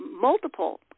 multiple